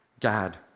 God